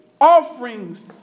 offerings